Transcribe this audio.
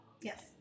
Yes